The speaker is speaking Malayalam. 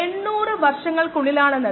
ഉയർന്ന താപനില ഉപയോഗിക്കുന്ന ഒന്ന്